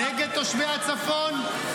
נגד תושבי הצפון?